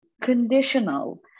conditional